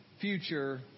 future